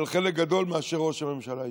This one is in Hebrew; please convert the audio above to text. אבל חלק גדול מאשר ראש הממשלה אישית,